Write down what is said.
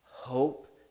Hope